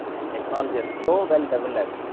the technology has so well develop,